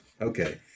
Okay